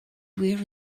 wir